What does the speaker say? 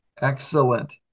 Excellent